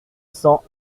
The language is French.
cent